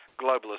globalist